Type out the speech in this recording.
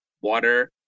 water